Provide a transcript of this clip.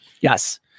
Yes